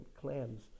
clans